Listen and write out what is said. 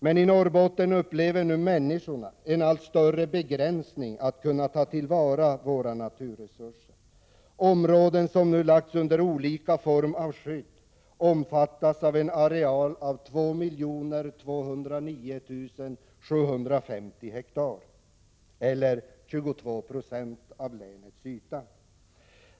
Men i Norrbotten upplever nu människorna en allt större begränsning när det gäller att kunna ta till vara dessa naturresurser. Områden som nu lagts under olika former av skydd utgör en areal om 2 289 750 hektar, eller 22 4 av länets yta.